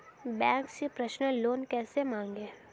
Bank से personal loan कैसे मांगें?